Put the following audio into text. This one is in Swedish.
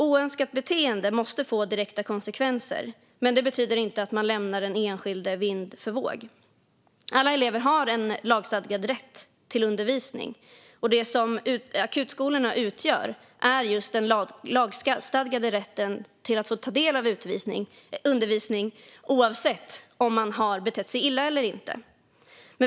Oönskat beteende måste få direkta konsekvenser, men det betyder inte att man lämnar den enskilde vind för våg. Alla elever har en lagstadgad rätt till undervisning, och det akutskolor utgör är just den lagstadgade rätten att få ta del av undervisning oavsett om man har betett sig illa eller inte.